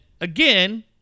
again